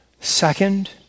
Second